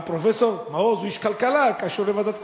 גם פרופסור מעוז, כאיש כלכלה, קשור לוועדת הכספים.